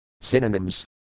Synonyms